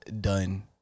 done